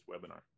webinar